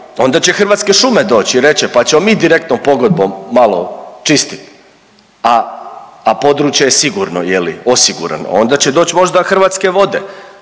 onda će Hrvatske šume doći i reći, pa ćemo mi direktnom pogodbom malo čistiti a područje je sigurno, je li osigurano. Onda će doći možda Hrvatske vode,